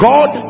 God